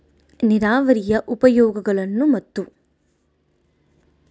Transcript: ನೇರಾವರಿಯ ಉಪಯೋಗಗಳನ್ನು ಮತ್ತು?